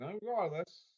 regardless